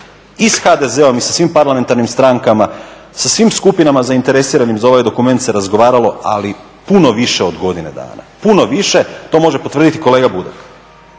i s HDZ-om i sa svim parlamentarnim strankama, sa svim skupinama zainteresiranim za ovaj dokument se razgovaralo ali puno više od godine dana, puno više. To može potvrditi i kolega Budak.